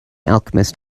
alchemist